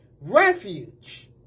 refuge